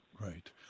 Right